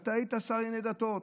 אתה היית שר לענייני דתות,